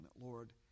Lord